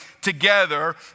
together